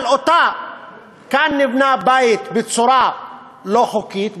כאן נבנה בית בצורה לא חוקית,